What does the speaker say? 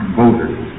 voters